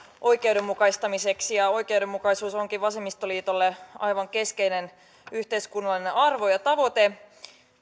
oikeudenmukaistamiseksi ja oikeudenmukaisuus onkin vasemmistoliitolle aivan keskeinen yhteiskunnallinen arvo ja tavoite